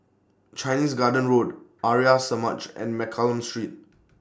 Chinese Garden Road Arya Samaj and Mccallum Street